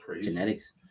genetics